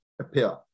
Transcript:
appear